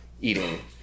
eating